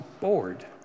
bored